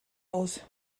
aus